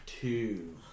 Two